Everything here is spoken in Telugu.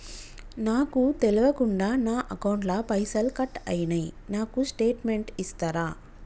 నాకు తెల్వకుండా నా అకౌంట్ ల పైసల్ కట్ అయినై నాకు స్టేటుమెంట్ ఇస్తరా?